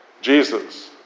Jesus